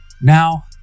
Now